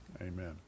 Amen